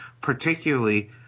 particularly